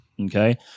Okay